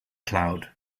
cloud